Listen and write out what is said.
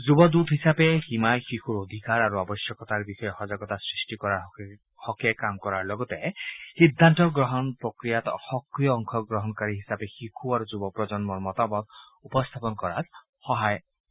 যুৱ দৃত হিচাপে হিমাই শিশু অধিকাৰ আৰু আৱশ্যতকাৰ বিষয়ে সজাগতা সৃষ্টি কৰাৰ হকে কাম কৰাৰ লগতে সিদ্ধান্ত গ্ৰহণৰ প্ৰক্ৰিয়াত সক্ৰিয় অংশগ্ৰহণকাৰী হিচাপে শিশু আৰু যুব প্ৰজন্মৰ মতামত উপস্থাপন কৰাত সহায় কৰিব